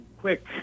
quick